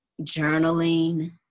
journaling